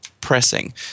pressing